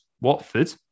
Watford